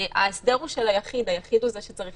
ההסדר הוא של היחיד והיחיד הוא זה שצריך